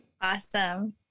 Awesome